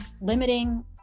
limiting